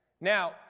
Now